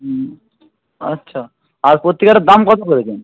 হুম আচ্ছা আর পত্রিকাটার দাম কত করেছেন